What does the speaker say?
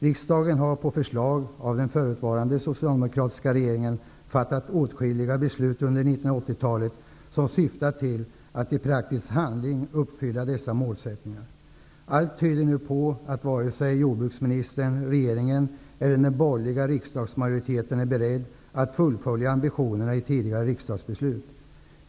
Riksdagen har på förslag av den förutvarande socialdemokratiska regeringen fattat åtskilliga beslut under 1980-talet, vilka syftar till att i praktisk handling uppfylla dessa målsättningar. Allt tyder nu på att varken jordbruksministern, regeringen eller den borgerliga riksdagsmajoriteten är beredda att fullfölja ambitionerna i tidigare fattade riksdagsbeslut.